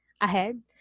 ahead